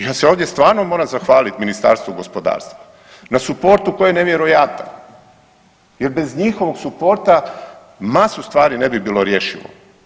Ja se ovdje stvarno moram zahvaliti Ministarstvu gospodarstva na suportu koji je nevjerojatan jer bez njihovog suporta masu stvari ne bi bilo rješivo.